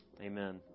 amen